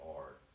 art